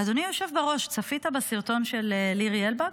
אדוני היושב בראש, צפית בסרטון של לירי אלבג?